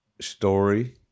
story